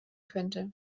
könnte